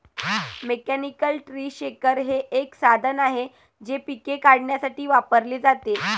mechanical tree shaker हे एक साधन आहे जे पिके काढण्यासाठी वापरले जाते